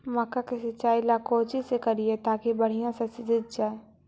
मक्का के सिंचाई ला कोची से करिए ताकी बढ़िया से सींच जाय?